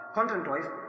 Content-wise